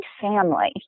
family